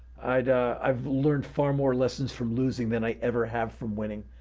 i've learned far more lessons from losing than i ever have from winning.